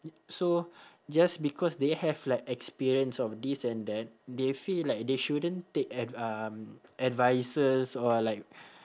so just because they have like experience of this and that they feel like that they shouldn't take ad~ um advices or like